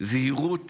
זהירות